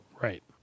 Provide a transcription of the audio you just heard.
right